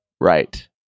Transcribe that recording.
Right